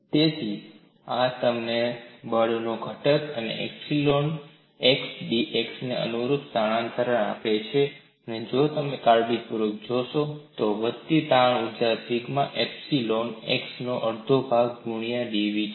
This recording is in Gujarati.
તેથી આ તમને બળનો ઘટક અને એપ્સયલોન x dx ને અનુરૂપ સ્થાનાંતરણ આપે છે અને જો તમે કાળજીપૂર્વક જોશો તો વધતી તાણ ઊર્જા સિગ્મા એપ્સયલોન x નો અડધો ભાગ ગુણ્યા dv છે